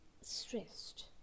stressed